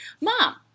mom